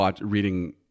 reading